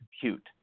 compute